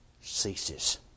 ceases